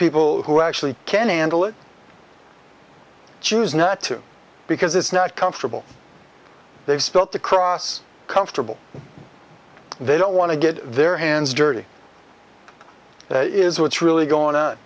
people who actually can handle it choose not to because it's not comfortable they spot the cross comfortable they don't want to get their hands dirty is what's really